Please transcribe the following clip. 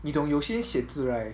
你懂有些写字 right